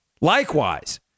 Likewise